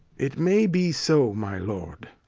it may be so, my lord.